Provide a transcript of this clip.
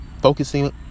focusing